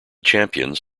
champions